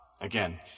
again